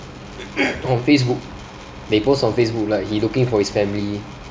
on facebook they post on facebook like he looking for his family